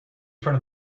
front